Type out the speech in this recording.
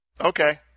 Okay